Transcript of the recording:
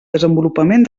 desenvolupament